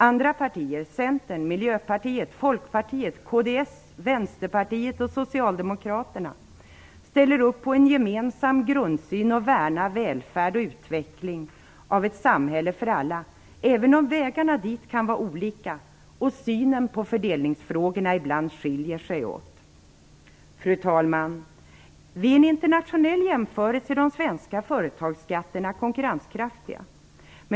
Andra partier - Centern, Miljöpartiet, Folkpartiet, kds, Vänsterpartiet och Socialdemokraterna - ställer upp på en gemensam grundsyn, att värna välfärd och utveckling av ett samhälle för alla, även om vägarna dit kan vara olika och synen på fördelningsfrågorna ibland skiljer sig åt. Fru talman! Vid en internationell jämförelse är de svenska företagsskatterna konkurrenskraftiga.